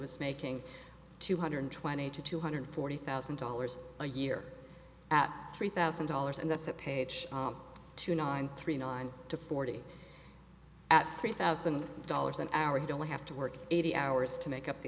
was making two hundred twenty to two hundred forty thousand dollars a year at three thousand dollars and that's at page two nine three nine to forty at three thousand dollars an hour don't have to work eighty hours to make up the